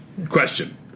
Question